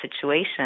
situation